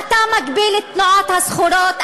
אתה מגביל את תנועת הסחורות,